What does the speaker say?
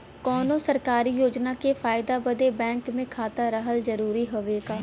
कौनो सरकारी योजना के फायदा बदे बैंक मे खाता रहल जरूरी हवे का?